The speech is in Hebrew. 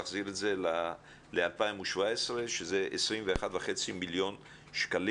להחזיר את זה ל-2017 שזה 21,500,000 ₪.